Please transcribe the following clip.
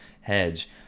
hedge